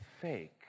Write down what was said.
fake